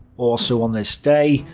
also on this day,